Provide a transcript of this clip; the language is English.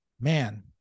man